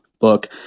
book